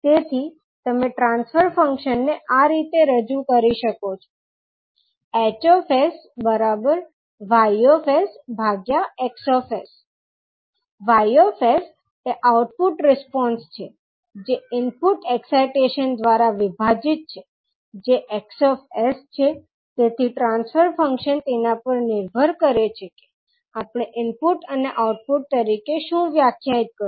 તેથી તમે ટ્રાન્સફર ફંક્શનને આ રીતે રજૂ કરી શકો છો H YX 𝑌𝑠 એ આઉટપુટ રિસ્પોન્સ છે જે ઇનપુટ એક્સાઈટેશન દ્વારા વિભાજિત છે જે 𝑋𝑠 છે તેથી ટ્રાન્સફર ફંક્શન તેના પર નિર્ભર કરે છે કે આપણે ઇનપુટ અને આઉટપુટ તરીકે શું વ્યાખ્યાયિત કર્યું